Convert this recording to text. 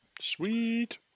Sweet